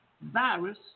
Virus